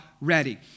ready